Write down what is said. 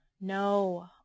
No